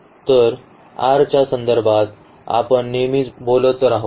तर r च्या संदर्भात आपण नेहमीच बोलत राहू